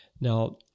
Now